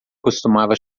costumava